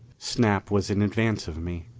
snap was in advance of me.